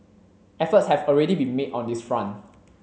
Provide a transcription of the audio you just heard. efforts have already been made on this front